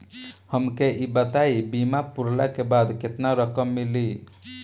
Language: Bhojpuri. हमके ई बताईं बीमा पुरला के बाद केतना रकम मिली?